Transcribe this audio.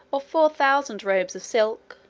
of four thousand robes of silk,